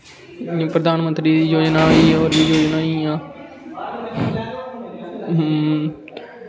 प्रधानमंत्री दी जोजनां होर बी जोजनां होई आं